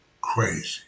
crazy